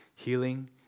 Healing